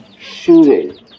shooting